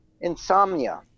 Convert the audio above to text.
insomnia